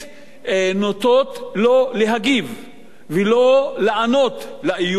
נוטות לא להגיב ולא לענות על האיום הזה,